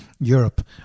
Europe